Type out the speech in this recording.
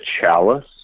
chalice